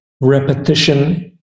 repetition